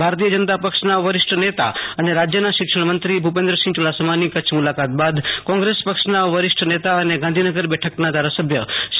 ભારતીય જનતા પક્ષના વરિષ્ઠ નેતા અને રાજયના શિક્ષણ મંત્રી ભુ પેન્દ્રસિંહ યુ ડાસ્માની કચ્છ મુલાકાત બાદ કોંગ્રેસ પક્ષના વરિષ્ઠ નેતા અને ગાંધીનગર બેઠકના ધારાસભ્ય સી